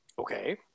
okay